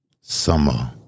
Summer